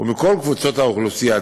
ומכל קבוצות האוכלוסייה,